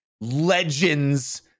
legends